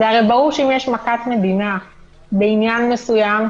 והרי ברור שאם יש מכת מדינה בעניין מסוים,